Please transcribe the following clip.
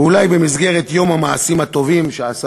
ואולי במסגרת יום המעשים הטובים שעשה